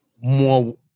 more